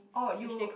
or you